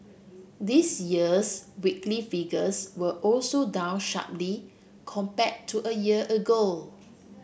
this year's weekly figures were also down sharply compare to a year ago